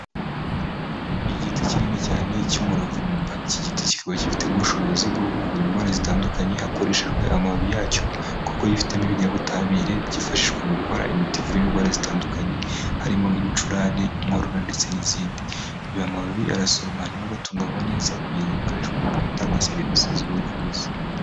Igiti kinini cyane cy'umuravumba iki giti kikaba gifitemo ubushobozi bwo kuvura indwara zitandukanye hakoreshejwe amababi yacyo kuko kifitemo ibinyabutabire byifashishwa mu gukora imiti ivura indwara zitandukanye, harimo nk'ibicurane, inkorora ndetse n'izindi, amababi arasoromwa hanyuma agatunganywa neza kugira ngo akoreshwe mu gutanga serivisi z'ubuvuzi.